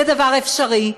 זה דבר אפשרי,